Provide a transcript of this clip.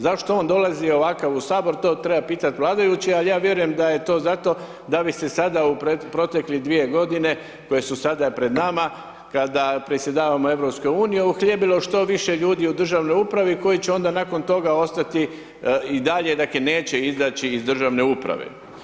Zašto on dolazi ovakav u HS, to treba pitati vladajuće, ali ja vjerujem da je to zato da bi se sada u proteklih dvije godine koje su sada pred nama, kada predsjedavamo EU, uhljebilo što više ljudi u državnoj upravi koji će onda nakon toga ostati i dalje, dakle, neće izaći iz državne uprave.